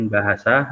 Bahasa